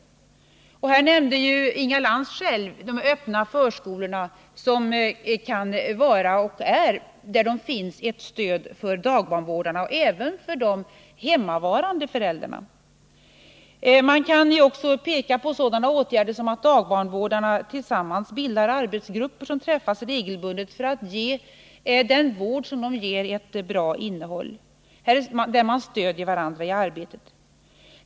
Här nämnde Inga Lantz själv de öppna förskolorna, som kan vara och är, där de finns, ett stöd för dagbarnvårdarna och även för de hemmavarande föräldrarna. Man kan också peka på sådana åtgärder som att dagbarnvårdarna tillsammans bildar arbetsgrupper som träffas regelbundet för att ge vården ett bra innehåll och för att stödja varandra i arbetet.